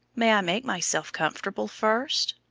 may i make myself comfortable first?